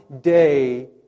day